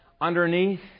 Underneath